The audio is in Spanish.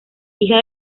hija